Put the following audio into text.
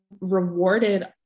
rewarded